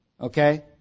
Okay